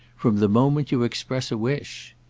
from the moment you express a wish.